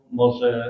może